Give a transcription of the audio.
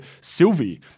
Sylvie